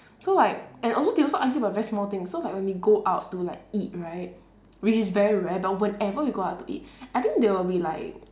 so like and also they also argue about very small thing so like when we go out to like eat right which is very rare but whenever we go out to eat I think they will be like